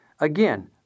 Again